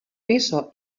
piso